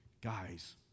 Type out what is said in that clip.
guys